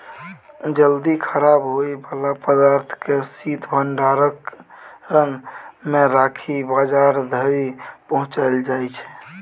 जल्दी खराब होइ बला पदार्थ केँ शीत भंडारण मे राखि बजार धरि पहुँचाएल जाइ छै